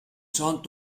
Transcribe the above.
sont